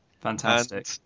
Fantastic